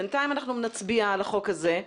בינתיים אנחנו נצביע על החוק הזה.